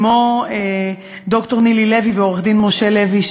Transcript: כמו ד"ר נילי לוי ועו"ד משה לוי,